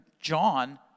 John